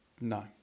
No